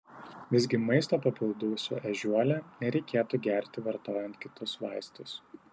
visgi maisto papildų su ežiuole nereikėtų gerti vartojant kitus vaistus